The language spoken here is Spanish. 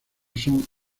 son